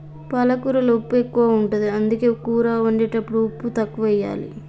పాలకూరలో ఉప్పు ఎక్కువ ఉంటది, అందుకే కూర వండేటప్పుడు ఉప్పు తక్కువెయ్యాలి